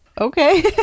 Okay